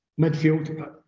Midfield